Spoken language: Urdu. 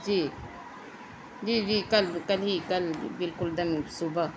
جی جی جی کل کل ہی کل بالکل کل صبح